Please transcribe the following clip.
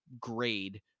grade